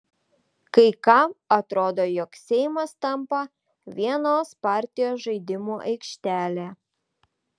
kai kam atrodo jog seimas tampa vienos partijos žaidimų aikštele